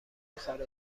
خارجی